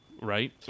right